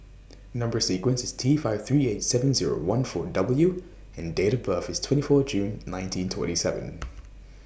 Number sequence IS T five three eight seven Zero one four W and Date of birth IS twenty four June nineteen twenty seven